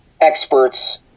experts